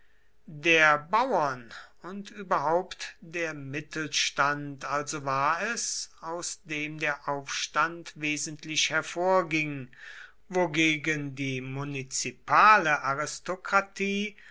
der bauern und überhaupt der mittelstand also war es aus dem der aufstand wesentlich hervorging wogegen die munizipale aristokratie